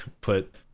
put